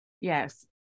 Yes